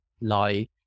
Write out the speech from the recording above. lie